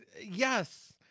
Yes